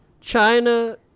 China